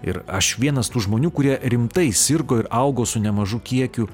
ir aš vienas tų žmonių kurie rimtai sirgo ir augo su nemažu kiekiu